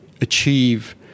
achieve